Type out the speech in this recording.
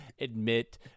admit